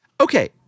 Okay